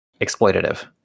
Exploitative